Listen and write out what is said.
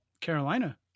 Carolina